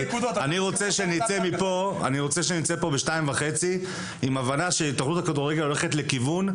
אני רוצה שנצא מפה ב-14:30 עם הבנה שהתאחדות הכדורגל הולכת לכיוון נכון,